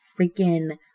freaking